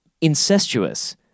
incestuous